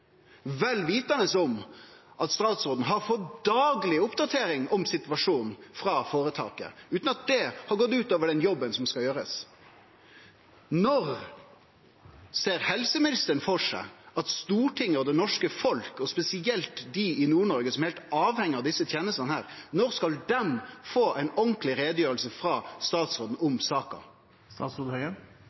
vel vitande om at statsråden har fått daglege oppdateringar om situasjonen frå føretaket, utan at det har gått ut over den jobben som skal gjerast. Når ser helseministeren for seg at Stortinget, det norske folket og spesielt dei i Nord-Noreg som er heilt avhengige av desse tenestene, skal få ei ordentleg utgreiing frå statsråden om saka?